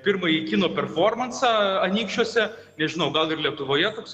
pirmąjį kino performansą anykščiuose nežinau gal ir lietuvoje toksai